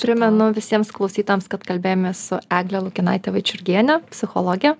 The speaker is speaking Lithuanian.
primenu visiems klausytojams kad kalbėjomės su egle lukinaite vaičiurgiene psichologe